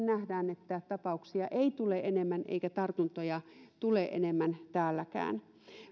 nähdään että tapauksia ei tule enemmän eikä tartuntoja tulee enemmän täälläkään